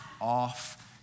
off